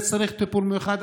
צריך בזה טיפול מיוחד,